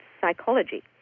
psychology